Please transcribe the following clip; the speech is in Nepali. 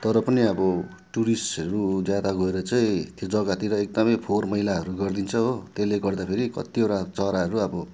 तर पनि अब टुरिस्टहरू ज्यादा गएर चाहिँ त्यो जगातिर एकदम फोहोर मैलाहरू गरिदिन्छ हो त्यसले गर्दा फेरि कतिवटा चराहरू अब